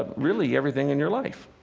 really, everything in your life.